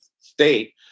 state